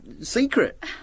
secret